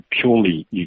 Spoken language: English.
purely